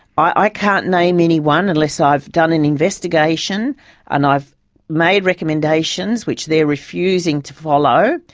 i can't name anyone unless ah i've done an investigation and i've made recommendations which they're refusing to follow.